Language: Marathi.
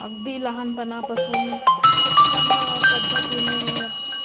अगदी लहानपणापासून खूप छान पद्धतीने